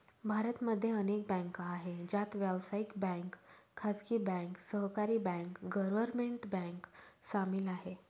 भारत मध्ये अनेक बँका आहे, ज्यात व्यावसायिक बँक, खाजगी बँक, सहकारी बँक, गव्हर्मेंट बँक सामील आहे